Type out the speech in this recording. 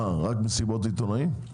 מה, רק מסיבות עיתונאים?